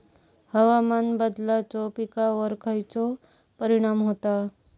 हवामान बदलाचो पिकावर खयचो परिणाम होता?